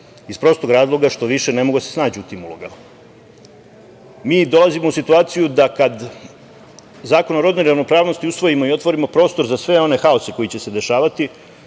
iz prostog razloga što više ne mogu da snađu u tim ulogama. Mi dolazimo u situaciju da kada Zakon o rodnoj ravnopravnosti usvojimo i otvorimo prostor za sve one haose koji će se dešavati